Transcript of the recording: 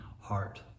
heart